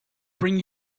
bring